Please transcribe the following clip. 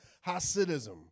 Hasidism